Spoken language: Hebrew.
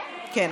כן.